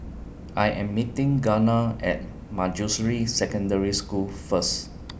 I Am meeting Gunnar At Manjusri Secondary School First